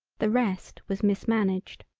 the rest was mismanaged.